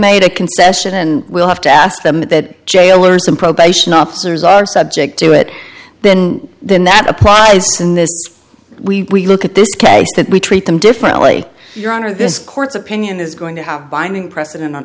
made a concession and will have to ask them that jailers and probation officers are subject to it then then that the prize in this we look at this case that we treat them differently your honor this court's opinion is going to have binding precedent on